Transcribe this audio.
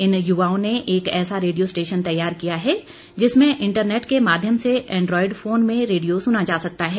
इन युवाओं ने एक ऐसा रेडियो स्टेशन तैयार किया है जिसमें इंटरनेट के माध्यम से एंड्रॉयड फोन में रेडियो सुना जा सकता है